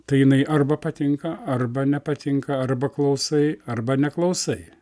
tai jinai arba patinka arba nepatinka arba klausai arba neklausai